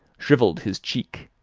shrivelled his cheek,